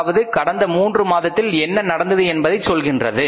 அதாவது கடந்த 3 மாதத்தில் என்ன நடந்தது என்பதைச் சொல்கிறது